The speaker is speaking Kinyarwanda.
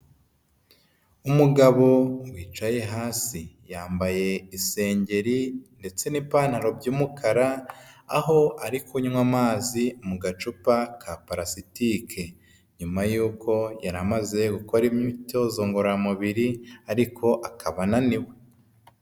Umugabo wicaye hasi yambaye isengeri ndetse n'ipantaro by'umukara, aho ari kunywa amazi mu gacupa ka palasitike, nyuma yuko yari amaze gukora imyitozo ngororamubiri ariko akaba ananiwe.